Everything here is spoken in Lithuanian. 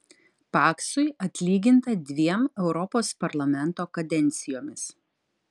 paksui atlyginta dviem europos parlamento kadencijomis